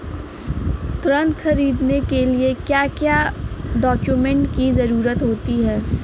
ऋण ख़रीदने के लिए क्या क्या डॉक्यूमेंट की ज़रुरत होती है?